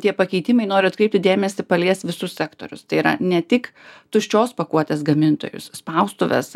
tie pakeitimai noriu atkreipti dėmesį palies visus sektorius tai yra ne tik tuščios pakuotės gamintojus spaustuves